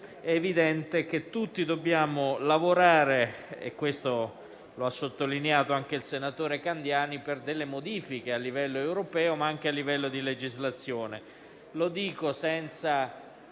è evidente che tutti dobbiamo darci da fare - come ha sottolineato anche il senatore Candiani - per delle modifiche a livello europeo, ma anche a livello di legislazione.